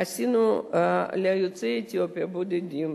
עשינו ליוצאי אתיופיה הבודדים